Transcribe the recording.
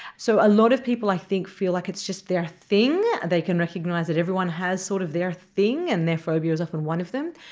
so a lot of people i think feel like it's just their thing, they can recognise that everyone has sort of their thing and their phobia is often one of them.